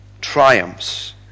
triumphs